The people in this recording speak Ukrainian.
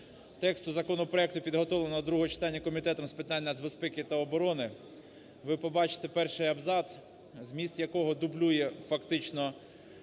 тексту законопроекту, підготовленого до другого читання Комітетом з питань нацбезпеки та оборони, ви побачите перший абзац, зміст якого дублює фактично